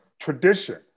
tradition